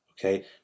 Okay